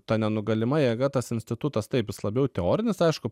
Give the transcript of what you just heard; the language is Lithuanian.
ta nenugalima jėga tas institutas taip jis labiau teorinis aišku